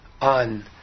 on